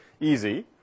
easy